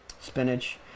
spinach